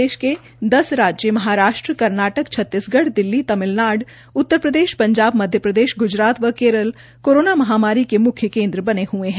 देश के दस राज्य महाराष्ट्र छत्तीसगढ़ दिल्ली तमिलनाड उत्तर प्रदेश पंजाब मध्य प्रदेश ग्जरात व केरल कोरोना महामारी के मुख्य केन्द्र बने ह्ये है